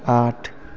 आठ